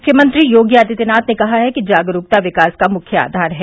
मुख्यमंत्री योगी आदित्यनाथ ने कहा है कि जागरूकता विकास का मुख्य आधार है